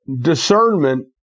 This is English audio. discernment